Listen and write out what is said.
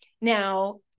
Now